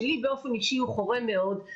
שלי באופן אישי הוא חורה מאוד,